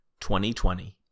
2020